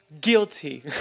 Guilty